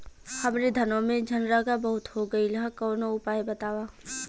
हमरे धनवा में झंरगा बहुत हो गईलह कवनो उपाय बतावा?